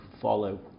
follow